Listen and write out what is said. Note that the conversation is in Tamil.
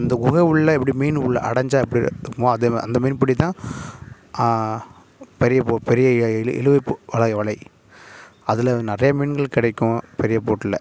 இந்த குகை உள்ளே இப்படி மீன் உள்ளே அடஞ்சால் எப்படி இருக்குமோ அத அந்த மீன் பிடி தான் பெரிய பெரிய இழுப்பு வலை வலை அதில் நிறைய மீன்கள் கிடைக்கும் பெரிய போட்டில்